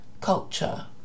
culture